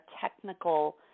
technical